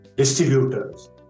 distributors